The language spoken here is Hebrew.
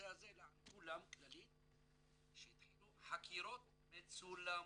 אלא על כולם, כללי, שיתחילו חקירות מצולמות.